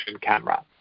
camera